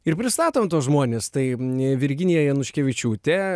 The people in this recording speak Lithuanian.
ir pristatom tuos žmones tai ne virginija januškevičiūtė